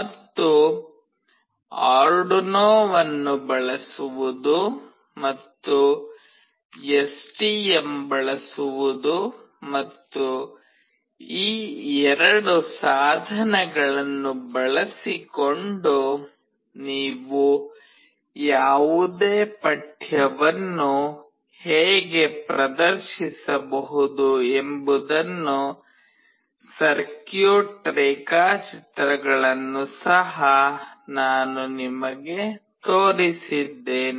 ಮತ್ತು ಆರ್ಡುನೊವನ್ನು ಬಳಸುವುದು ಮತ್ತು ಎಸ್ಟಿಎಂ ಬಳಸುವುದು ಮತ್ತು ಈ 2 ಸಾಧನಗಳನ್ನು ಬಳಸಿಕೊಂಡು ನೀವು ಯಾವುದೇ ಪಠ್ಯವನ್ನು ಹೇಗೆ ಪ್ರದರ್ಶಿಸಬಹುದು ಎಂಬುದನ್ನು ಸರ್ಕ್ಯೂಟ್ ರೇಖಾಚಿತ್ರಗಳನ್ನು ಸಹ ನಾನು ನಿಮಗೆ ತೋರಿಸಿದ್ದೇನೆ